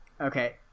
okay